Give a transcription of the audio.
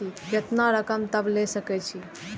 केतना रकम तक ले सके छै?